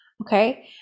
Okay